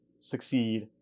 succeed